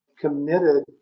committed